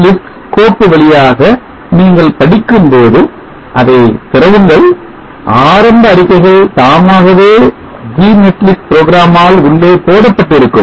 net netlist கோப்பு வழியாக நீங்கள் படிக்கும் பொழுது அதை திறவுங்கள் ஆரம்ப அறிக்கைகள் தாமாகவே gnetlist program ஆல் உள்ளே போடப்பட்டு இருக்கும்